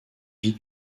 vie